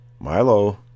milo